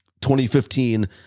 2015